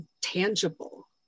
tangible